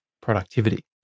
productivity